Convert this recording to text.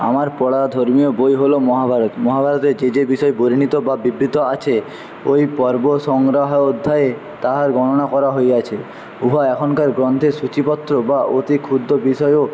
আমার পড়া ধর্মীয় বই হলো মহাভারত মহাভারতে যে যে বিষয় বর্ণিত বা বিবৃত আছে ঐ পর্ব সংগ্রহ অধ্যায়ে তাহার গণনা করা হইয়াছে উহা এখনকার গ্রন্থের সূচিপত্র বা অতিক্ষুদ্র বিষয়ও